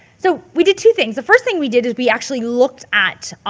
so we did two things. the first thing we did is we actually looked at,